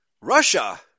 Russia